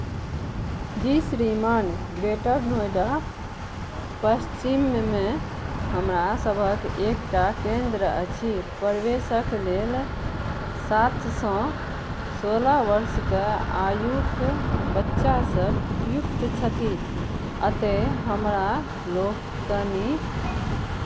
जी श्रीमान ग्रेटर नोएडा पश्चिममे हमरा सभक एकटा केन्द्र अछि प्रवेशक लेल सातसँ सोलह वर्षके आयुक बच्चासभ उपयुक्त छथि एतय हमरा लोकनि